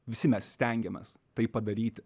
visi mes stengiamės tai padaryti